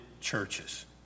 churches